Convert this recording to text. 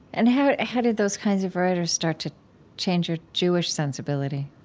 and how how did those kinds of writers start to change your jewish sensibility?